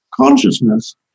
Consciousness